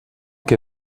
que